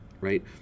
Right